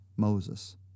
Moses